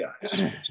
guys